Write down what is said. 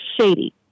shady